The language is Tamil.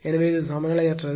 எனவே இது சமநிலையற்றது